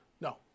No